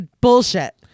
Bullshit